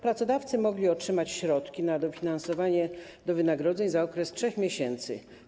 Pracodawcy mogli otrzymać środki na dofinansowanie do wynagrodzeń za okres 3 miesięcy.